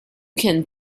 can